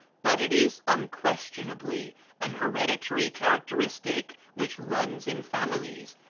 but it is unquestionably an hereditary characteristic which runs in families,